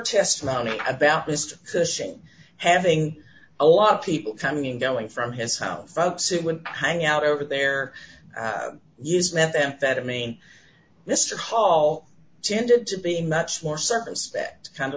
testimony about mr cushing having a lot of people coming and going from his house folks who would hang out over there use methamphetamine mr hall d tended to be much more circumspect kind of